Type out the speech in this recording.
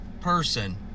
person